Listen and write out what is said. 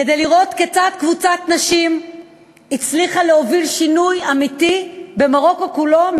כדאי לראות כיצד קבוצת נשים הצליחה להוביל שינוי אמיתי במרוקו כולה,